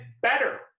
better